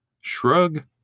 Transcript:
Shrug